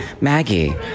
Maggie